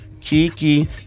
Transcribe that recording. Kiki